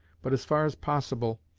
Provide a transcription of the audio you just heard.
but, as far as possible,